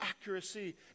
accuracy